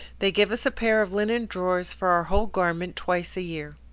they give us a pair of linen drawers for our whole garment twice a year.